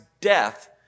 death